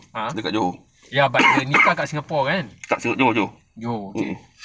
ya but the nikah dekat singapore kan johor okay